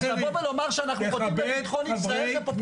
לומר שאנחנו פוגעים בביטחון ישראל זה פופוליסטי.